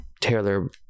Taylor